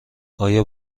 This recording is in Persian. آیا